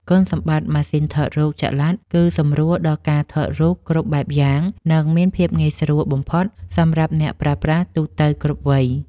គុណសម្បត្តិម៉ាស៊ីនថតចល័តគឺសម្រួលដល់ការថតរូបគ្រប់បែបយ៉ាង និង មានភាពងាយស្រួលបំផុតសម្រាប់អ្នកប្រើប្រាស់ទូទៅគ្រប់វ័យ។